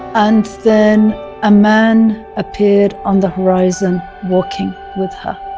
and then a man appeared on the horizon walking with her.